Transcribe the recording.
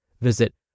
Visit